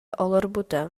олорбута